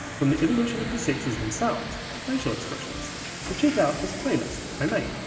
from the evolution of the sexes themselves to facial expression so check out this playlist, i made,